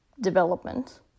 development